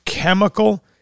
Chemical